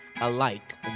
alike